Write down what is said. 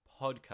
podcast